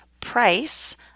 price